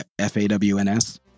f-a-w-n-s